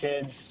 kids